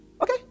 Okay